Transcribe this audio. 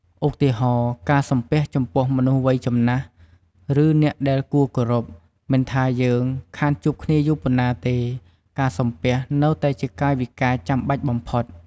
ឧទាហរណ៍ ការសំពះចំពោះមនុស្សវ័យចំណាស់ ឬអ្នកដែលគួរគោរព មិនថាយើងខានជួបគ្នាយូរប៉ុណ្ណាទេ ការសំពះ នៅតែជាកាយវិការចាំបាច់បំផុត។